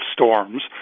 storms